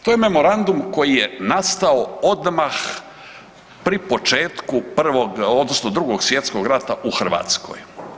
To je memorandum koji je nastao odmah pri početku prvog odnosno Drugog svjetskog rata u Hrvatskoj.